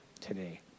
today